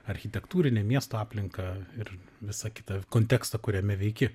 architektūrinę miesto aplinką ir visą kitą kontekstą kuriame veiki